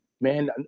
Man